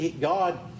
God